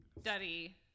study